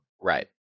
Right